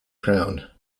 crown